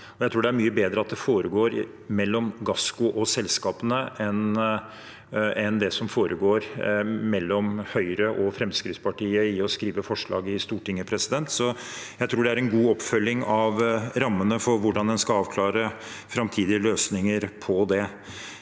Jeg tror det er mye bedre at det foregår mellom Gassco og selskapene enn ved at det mellom Høyre og Fremskrittspartiet skrives forslag i Stortinget. Jeg tror det er en god oppfølging av rammene for hvordan en skal avklare framtidige løsninger for dette.